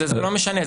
זה לא משנה.